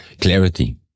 Clarity